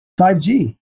5G